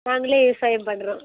நாங்களே விவசாயம் பண்ணுறோம்